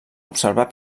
observar